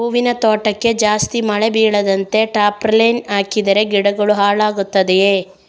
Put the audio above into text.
ಹೂವಿನ ತೋಟಕ್ಕೆ ಜಾಸ್ತಿ ಮಳೆ ಬೀಳದಂತೆ ಟಾರ್ಪಾಲಿನ್ ಹಾಕಿದರೆ ಗಿಡಗಳು ಹಾಳಾಗುತ್ತದೆಯಾ?